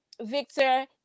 Victor